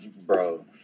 bro